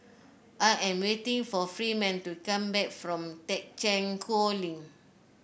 I am waiting for Freeman to come back from Thekchen Choling